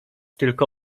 tylko